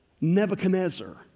Nebuchadnezzar